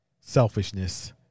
selfishness